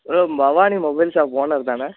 hello Bhavani mobile shop ஓனர்தானே